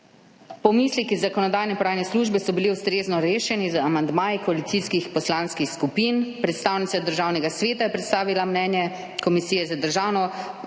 Pomisleki Zakonodajno-pravne službe so bili ustrezno rešeni z amandmaji koalicijskih poslanskih skupin. Predstavnica Državnega sveta je predstavila mnenje Komisije za državno ureditev,